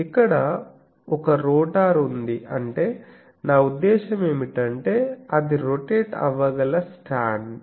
ఇక్కడ ఒక రోటర్ ఉంది అంటే నా ఉద్దేశ్యం ఏమిటంటే అది రొటేట్ అవ్వగల స్టాండ్